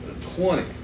twenty